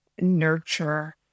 nurture